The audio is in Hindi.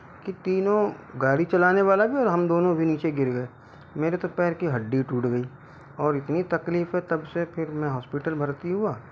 कि तीनों गाड़ी चलाने वाला भी और हम दोनों भी नीचे गिर गए मेरे तो पैर की हड्डी टूट गई और इतनी तकलीफ़ है तब से फिर मैं होस्पिटल भर्ती हुआ